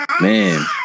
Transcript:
man